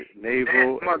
Naval